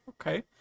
okay